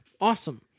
awesome